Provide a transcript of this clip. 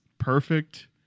perfect